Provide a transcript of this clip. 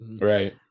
right